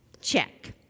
check